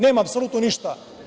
Nema apsolutno ništa.